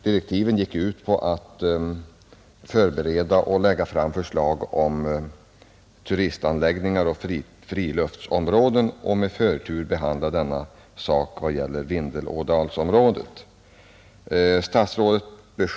Direktiven gick ut på att kommittén skulle ——— förbereda och lägga fram förslag om turistanläggningar och friluftsområ Ang. den offentliga den och med förtur behandla förutsättningen vad gäller Vindelådalsområ arbetsmarknadsdet.